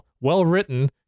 well-written